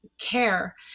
Care